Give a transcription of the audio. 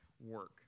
work